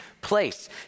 place